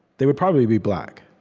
they would probably be black.